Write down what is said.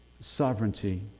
sovereignty